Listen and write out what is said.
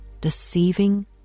deceiving